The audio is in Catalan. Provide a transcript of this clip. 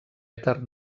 èter